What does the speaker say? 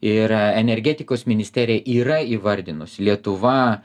ir energetikos ministerija yra įvardinus lietuva